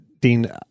Dean